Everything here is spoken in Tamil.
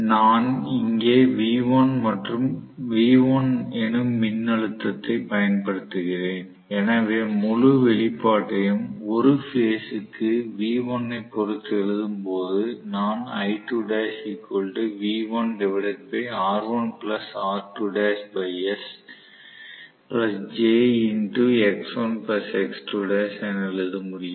நான் இங்கே V1 எனும் மின்னழுத்தத்தை பயன்படுத்துகிறேன் எனவே முழு வெளிப்பாட்டையும் ஒரு பேஸ் க்கு V1 ஐ பொறுத்து எழுதும்போது நான் என எழுத முடியும்